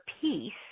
peace